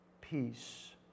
peace